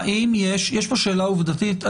יש פה שאלה עובדתית,